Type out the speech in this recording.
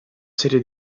serie